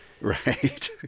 Right